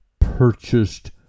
purchased